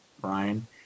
Brian